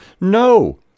No